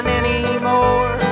anymore